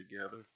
together